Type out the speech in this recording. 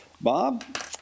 Bob